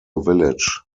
village